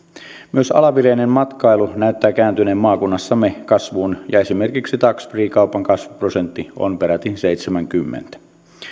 myös alavireinen matkailu näyttää kääntyneen maakunnassamme kasvuun ja esimerkiksi tax free kaupan kasvuprosentti on peräti seitsemänkymmentä